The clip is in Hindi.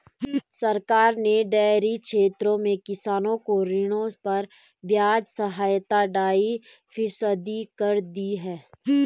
सरकार ने डेयरी क्षेत्र में किसानों को ऋणों पर ब्याज सहायता ढाई फीसदी कर दी है